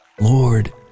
Lord